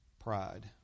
Pride